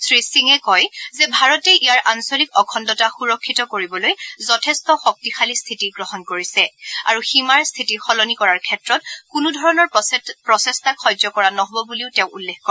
শ্ৰীসিঙে কয় যে ভাৰতে ইয়াৰ আঞ্চলিক অখণ্ডতা সুৰক্ষিত কৰিবলৈ যথেষ্ট শক্তিশালী স্থিতি গ্ৰহণ কৰিছে আৰু সীমাৰ স্থিতি সলনি কৰাৰ ক্ষেত্ৰত কোনো ধৰণৰ প্ৰচেষ্টাক সহ্য কৰা নহব বুলিও তেওঁ উল্লেখ কৰে